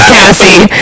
Cassie